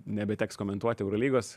nebeteks komentuoti eurolygos